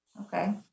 Okay